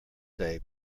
say